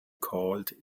called